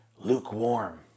lukewarm